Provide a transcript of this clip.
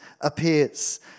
appears